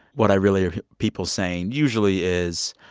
what i really hear people saying usually is,